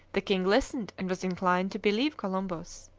the king listened and was inclined to believe columbus.